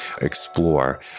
explore